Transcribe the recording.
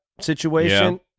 situation